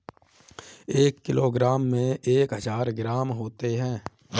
एक किलोग्राम में एक हजार ग्राम होते हैं